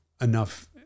enough